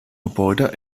gebäude